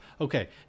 Okay